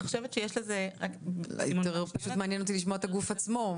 פשוט מעניין אותי לשמוע את הגוף עצמו,